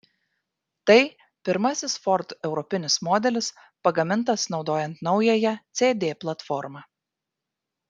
tai pirmasis ford europinis modelis pagamintas naudojant naująją cd platformą